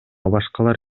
башкалар